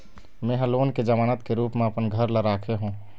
में ह लोन के जमानत के रूप म अपन घर ला राखे हों